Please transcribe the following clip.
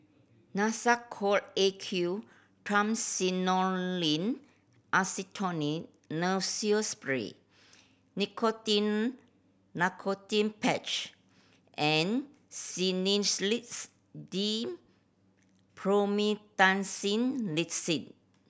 Nasacort A Q Triamcinolone Acetonide Nasals Spray Nicotinell Nicotine Patch and Sedilix DM Promethazine